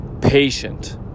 patient